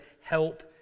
help